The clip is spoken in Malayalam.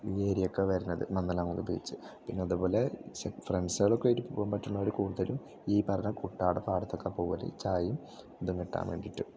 ഈ ഏരിയക്കാണ് വരുന്നത് മന്ദലാം കുന്ന് ബീച്ച് പിന്നെ അതുപോലെ ഫ്രണ്ട്സുകളൊക്കെ ആയിട്ട് പോവാൻ പറ്റുന്നവർ കൂടുതൽ ഈ പറഞ്ഞ കുട്ടാടൻ പാടത്തൊക്കെ പോകൽ ഈ ചായയും ഇതും കിട്ടാൻ വേണ്ടിയിട്ട്